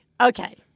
okay